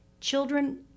children